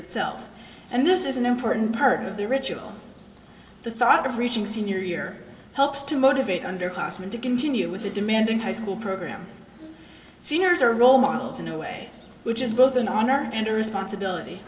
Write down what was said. itself and this is an important part of the ritual the thought of reaching senior year helps to motivate underclassman to continue with a demanding high school program seniors are role models in a way which is both an honor and a responsibility